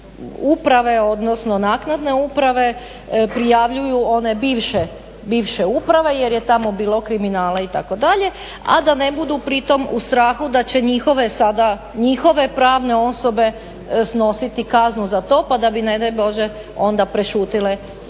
sada uprave odnosno naknadne uprave prijavljuju one bivše uprave jer je tamo bilo kriminala itd. a da ne budu pritom u strahu da će njihove sada, njihove pravne osobe snositi kaznu za to, pa da bi ne daj bože onda prešutile to